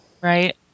right